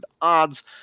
odds